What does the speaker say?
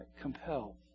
compelled